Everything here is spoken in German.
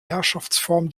herrschaftsform